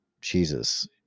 Jesus